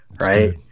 right